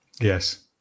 Yes